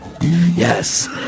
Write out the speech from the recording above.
Yes